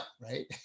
Right